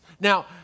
Now